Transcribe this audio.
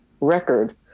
record